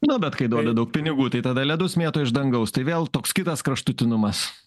na bet kai duoda daug pinigų tai tada ledus mėto iš dangaus tai vėl toks kitas kraštutinumas